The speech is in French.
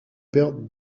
père